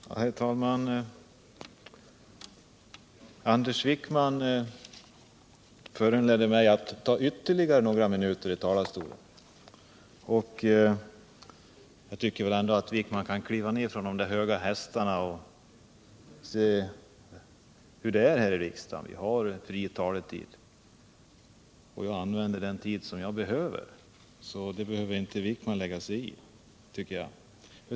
Herr talman! Anders Wijkman föranledde mig att ta ytterligare några minuter i anspråk i talarstolen. Jag tycker att han skall kliva ned från de höga hästarna och se hur det är här i riksdagen. Vi har fri taletid och jag använder den tid jag behöver. Det behöver inte Anders Wijkman lägga sig i.